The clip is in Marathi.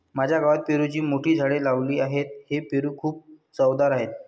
माझ्या गावात पेरूची मोठी झाडे लावली आहेत, हे पेरू खूप चवदार आहेत